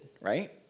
right